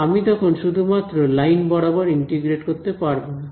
আমি তখন শুধুমাত্র লাইন বরাবর ইন্টিগ্রেট করতে পারবো না